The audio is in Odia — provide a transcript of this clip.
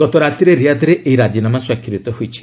ଗତରାତିରେ ରିଆଦ୍ରେ ଏହି ରାଜିନାମା ସ୍ୱାକ୍ଷରିତ ହୋଇଛି